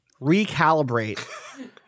recalibrate